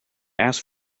ask